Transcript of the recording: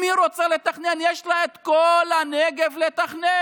אם היא רוצה לתכנן, יש לה את כל הנגב לתכנן.